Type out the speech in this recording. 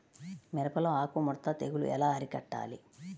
మిరపలో ఆకు ముడత తెగులు ఎలా అరికట్టాలి?